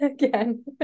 again